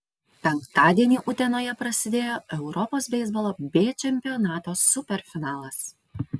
penktadienį utenoje prasidėjo europos beisbolo b čempionato superfinalas